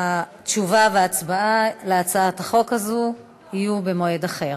התשובה וההצבעה על הצעת החוק הזו יהיו במועד אחר.